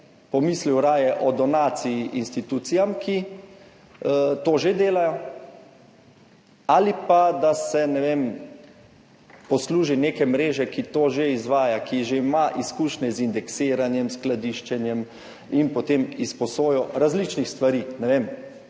pomislil raje o donaciji institucijam, ki to že delajo, ali pa da se posluži neke mreže, ki to že izvaja, ki že ima izkušnje z indeksiranjem, skladiščenjem in potem izposojo različnih stvari.